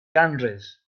ganrif